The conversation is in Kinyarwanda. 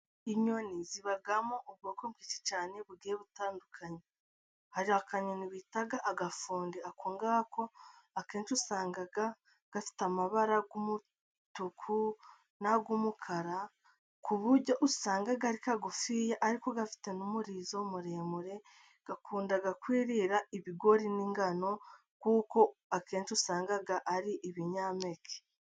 Inyoni zibamo ubwoko bwinshi cyane bugiye butandukanye, hari akanyoni bita agafundi ,ako ngako akenshi usanga gafite amabara y'umutuku n'ay' umukara, ku buryo usanga ari kagufiya ariko gafite n' umurizo muremure, gakunda kwirira ibigori n'ingano, kuko akenshi usanga ari ibinyampeke.